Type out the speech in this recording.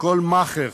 וכל מאכער,